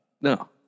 No